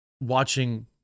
watching